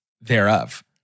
thereof